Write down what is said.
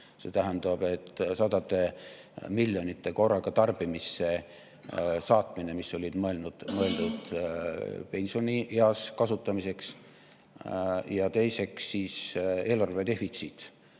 see tähendab, et sadade miljonite eurode korraga tarbimisse saatmine, kuigi need olid mõeldud pensionieas kasutamiseks. Ja teiseks, eelarve defitsiit.